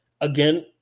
again